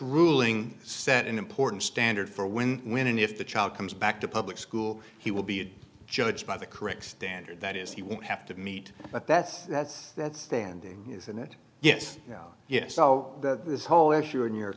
ruling said an important standard for when when and if the child comes back to public school he will be judged by the correct standard that is he would have to meet but that's that's that's standing isn't it yes yes so this whole issue in your